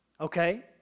Okay